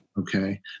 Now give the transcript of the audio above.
okay